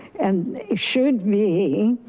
and should me